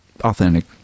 authentic